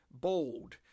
bold